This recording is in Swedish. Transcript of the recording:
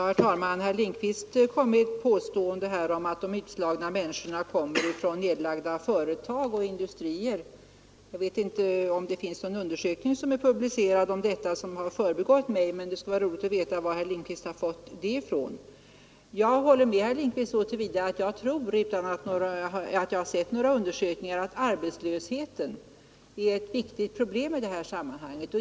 Herr talman! Herr Lindkvist påstod att de utslagna människorna kommer från nedlagda företag och industrier. Jag vet inte om någon undersökning härom har publicerats som har undgått mig. Det skulle vara roligt att få veta varifrån herr Lindkvist har fått dessa uppgifter. Jag håller med herr Lindkvist så till vida som att jag utan att ha sett några undersökningar tror att arbetslösheten, inte minst ungdomsarbetslösheten, är ett viktigt problem i detta sammanhang.